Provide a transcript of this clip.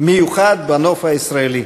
מיוחד בנוף הישראלי,